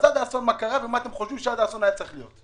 מה קרה עד האסון ומה אתם חושבים שעד האסון היה צריך להיות?